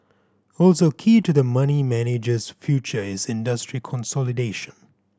also key to the money manager's future is industry consolidation